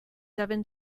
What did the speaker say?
seven